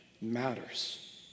matters